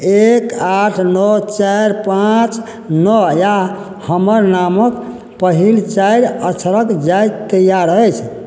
एक आठ नओ चारि पाँच नओ आ हमर नामक पहिल चारि अक्षरक जाइत तैयार अछि